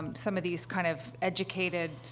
um some of these, kind of, educated,